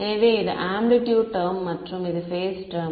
எனவே இது amplitude term மற்றும் இது பேஸ் டெர்ம்